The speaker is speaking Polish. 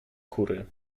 kury